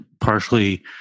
partially